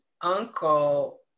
uncle